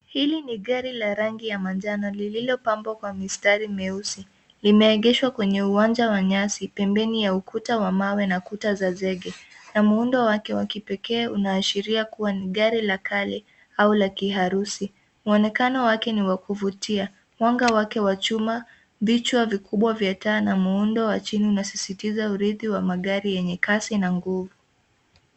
Hili ni gari la rangi ya manjano lililopambwa kwa mistari mieusi limeegeshwa kwenye uwanja wa nyasi, pembeni ya ukuta wa mawe na kuta za zege na muundo wake wa kipekee unaashiria kuwa ni gari la kale au kiharusi. Mwonekano wake ni wa kuvutia. Mwanga wake wa chuma ,vichwa vikubwa vya taa na muundo wa chini unasisitiza uridhi wamagari yenye kasi na nguvu.